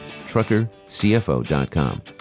TruckerCFO.com